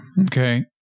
okay